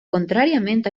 contràriament